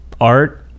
art